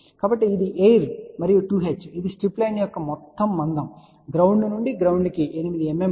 కాబట్టి ఇది ఎయిర్ మరియు 2 h ఇది స్ట్రిప్ లైన్ యొక్క మొత్తం మందం గ్రౌండ్ నుండి గ్రౌండ్ కి 8 mm